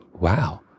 Wow